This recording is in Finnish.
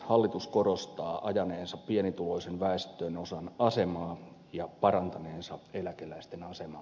hallitus korostaa ajaneensa pienituloisen väestönosan asemaa ja parantaneensa eläkeläisten asemaa